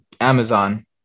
Amazon